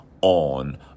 on